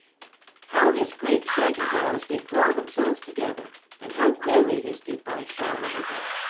how his great shaggy brows did draw themselves together, and how queerly his deep eyes shone under them,